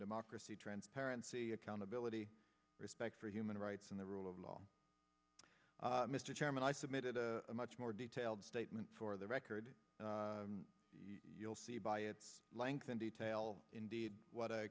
democracy transparency accountability respect for human rights and the rule of law mr chairman i submitted a much more detailed statement for the record you'll see by at length in detail indeed what a